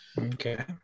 Okay